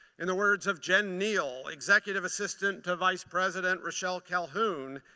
in the words of jen neal, executive assistant to vice president rachelle calhoun,